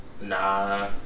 nah